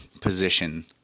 position